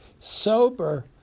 Sober